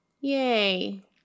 yay